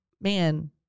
man